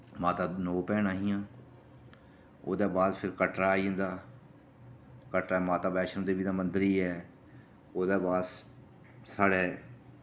माता नौ भैनां हियां ओह्दे बाद फ्ही कटरा आई जन्दा कटरा माता वैश्णो देवी दा मंदर ही ऐ ओह्दे बाद स साढ़ै